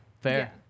Fair